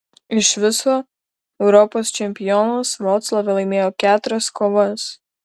iš viso europos čempionas vroclave laimėjo keturias kovas